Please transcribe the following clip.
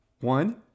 One